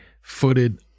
footed